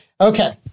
Okay